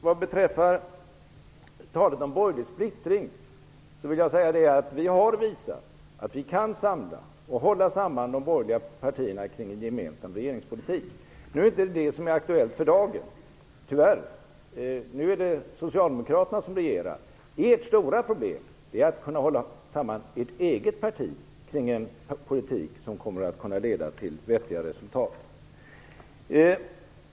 Vad beträffar talet om borgerlig splittring vill jag säga att vi har visat att vi kan samla och hålla samman de borgerliga partierna kring en gemensam regeringspolitik. Nu är det tyvärr inte aktuellt för dagen. Nu är det socialdemokraterna som regerar. Ert stora problem är att kunna hålla samman ert eget parti kring en politik som kommer att kunna leda till vettiga resultat.